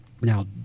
Now